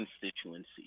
constituency